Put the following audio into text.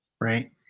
Right